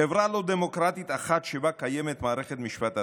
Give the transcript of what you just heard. חברה לא דמוקרטית אחת שבה קיימת מערכת משפט עצמאית".